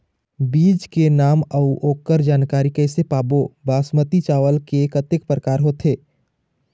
बीज के नाम अऊ ओकर जानकारी कैसे पाबो बासमती चावल के कतेक प्रकार होथे?